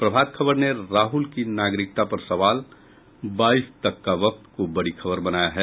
प्रभात खबर ने राहुल की नागरिकता पर सवाल बाईस तक का वक्त को बड़ी खबर बनाया है